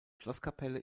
schlosskapelle